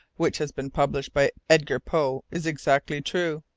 which has been published by edgar poe, is exactly true?